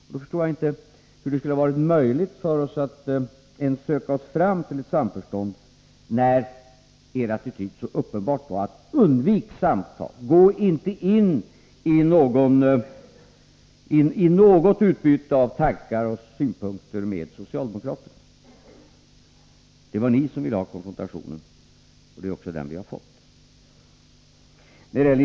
Jag förstår inte hur det skulle ha varit möjligt för oss att söka oss fram till ett samförstånd, när er attityd så uppenbart var: Undvik samtal, gå inte in i något utbyte av tankar och synpunkter med socialdemokraterna! Det var ni som ville ha konfrontationen, och det är också den vi har fått.